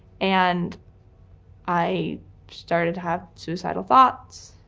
and i started to have suicidal thoughts.